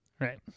right